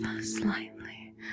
Slightly